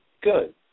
good